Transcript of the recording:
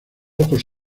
ojos